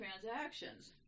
transactions